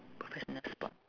professional spot